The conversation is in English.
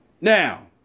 Now